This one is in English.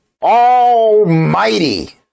almighty